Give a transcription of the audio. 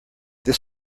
this